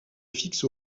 fixe